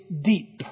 deep